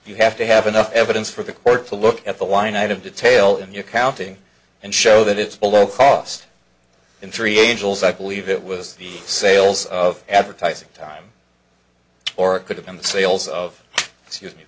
you have to have enough evidence for the court to look at the line item detail in the accounting and show that it's below cost in three angels i believe it was the sales of advertising time or it could have been the sales of